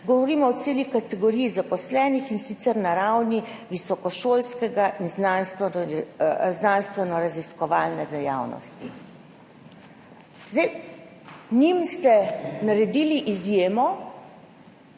govorimo o celi kategoriji zaposlenih, in sicer na ravni visokošolske in znanstvenoraziskovalne dejavnosti, ste naredili izjemo.